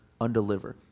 undeliver